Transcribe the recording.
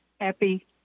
happy—